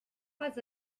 was